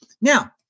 Now